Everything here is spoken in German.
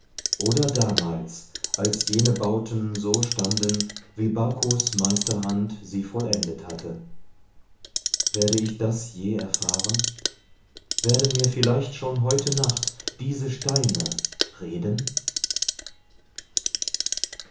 oder damals als jene bauten so standen wie bakus meisterhand sie vollendet hatte werde ich das je erfahren werden mir vielleicht schon heute nacht diese steine reden